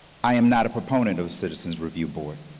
i am not a proponent of a citizens review board.